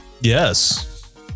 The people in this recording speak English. Yes